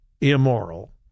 immoral